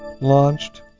launched